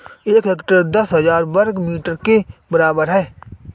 एक हेक्टेयर दस हजार वर्ग मीटर के बराबर है